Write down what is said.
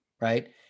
right